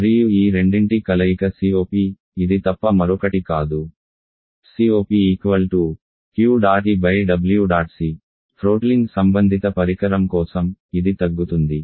మరియు ఈ రెండింటి కలయిక COP ఇది తప్ప మరొకటి కాదు cop Q̇̇EẆC థ్రోట్లింగ్ సంబంధిత పరికరం కోసం ఇది తగ్గుతుంది